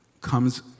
comes